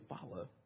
follow